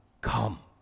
come